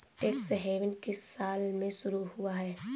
Tax haven किस साल में शुरू हुआ है?